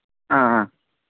ಆಂ ಆಂ